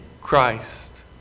Christ